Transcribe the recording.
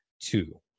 two